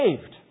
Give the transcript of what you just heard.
saved